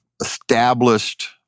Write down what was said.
established